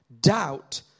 Doubt